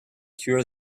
cure